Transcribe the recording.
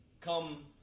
come